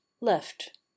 left